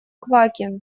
квакин